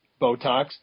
Botox